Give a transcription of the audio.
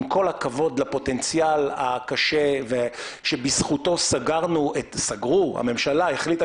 עם כל הכבוד לפוטנציאל הקשה שבזכותו הממשלה החליטה